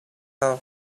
have